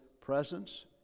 presence